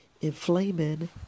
inflaming